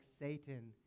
Satan